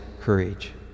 courage